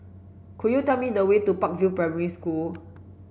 could you tell me the way to Park View Primary School